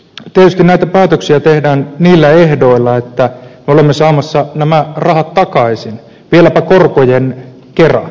tietysti näitä päätöksiä tehdään niillä ehdoilla että me olemme saamassa nämä rahat takaisin vieläpä korkojen kera